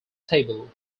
table